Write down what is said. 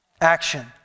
action